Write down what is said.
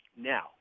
Now